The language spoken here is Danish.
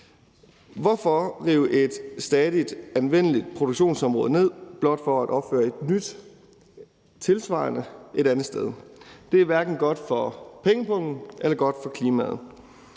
Hvorfor rive et stadig anvendeligt produktionsområde ned blot for at opføre et nyt tilsvarende et andet sted? Det er hverken godt for pengepungen eller klimaet.